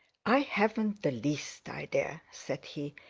i haven't the least idea, said he.